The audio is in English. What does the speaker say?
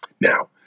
Now